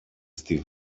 στη